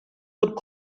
would